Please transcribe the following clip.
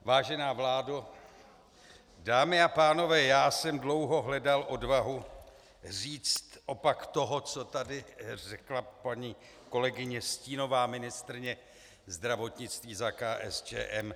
Vážená vládo, dámy a pánové, já jsem dlouho hledal odvahu říct opak toho, co tady řekla paní kolegyně, stínová ministryně zdravotnictví za KSČM.